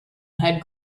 had